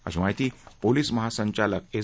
अशी माहिती पोलीस महासंचालक एस